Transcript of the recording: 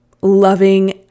loving